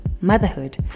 Motherhood